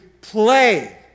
play